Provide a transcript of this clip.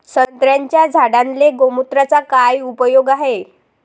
संत्र्याच्या झाडांले गोमूत्राचा काय उपयोग हाये?